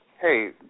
Hey